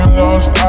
lost